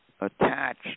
attached